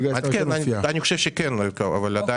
אני חושב שכן אבל עדיין.